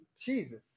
Jesus